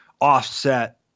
offset